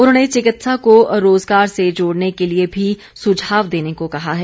उन्होंने चिकित्सा को रोजगार से जोड़ने के लिए भी सुझाव देने को कहा है